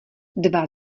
dva